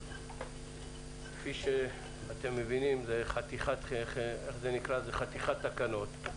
כפי שאתם מבינים זה "חתיכת" תקנות.